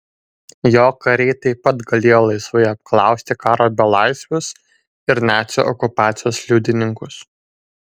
jo kariai taip pat galėjo laisvai apklausti karo belaisvius ir nacių okupacijos liudininkus